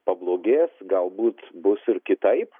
pablogės galbūt bus ir kitaip